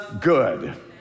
good